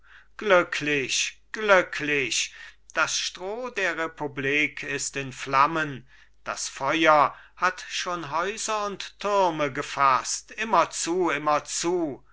glücklich glücklich das stroh der republik ist in flammen das feuer hat schon häuser und türme gefaßt immer zu immer zu